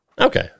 Okay